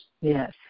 Yes